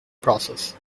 process